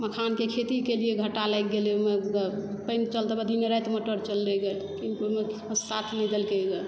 मखानके खेती केलियै घाटा लागि गेलय ओहिमे पानि चल तऽ दिन राति मोटर चललै गऽ कोइ साथ नहि दलकै गऽ